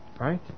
Right